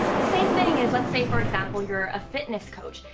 the same thing is let's say for example you're a fitness coach,